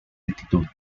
altitud